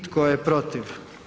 Tko je protiv?